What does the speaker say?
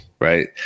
Right